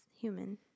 human